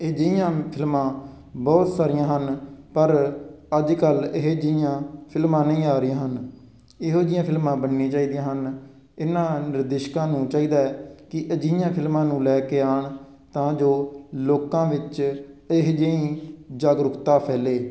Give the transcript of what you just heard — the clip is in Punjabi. ਇਹ ਜੀਆ ਫਿਲਮਾਂ ਬਹੁਤ ਸਾਰੀਆਂ ਹਨ ਪਰ ਅੱਜ ਕੱਲ ਇਹ ਜੀਆਂ ਫਿਲਮਾਂ ਨਹੀਂ ਆ ਰਹੀਆਂ ਹਨ ਇਹੋ ਜਿਹੀਆਂ ਫਿਲਮਾਂ ਬਣਨੀਆਂ ਚਾਹੀਦੀਆਂ ਹਨ ਇਹਨਾਂ ਨਿਰਦੇਸ਼ਕਾਂ ਨੂੰ ਚਾਹੀਦਾ ਕਿ ਅਜਿਹੀਆਂ ਫਿਲਮਾਂ ਨੂੰ ਲੈ ਕੇ ਆਣ ਤਾਂ ਜੋ ਲੋਕਾਂ ਵਿੱਚ ਇਹੋ ਜਿਹੀ ਜਾਗਰੂਕਤਾ ਫੈਲੇ